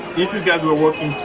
if you guys were working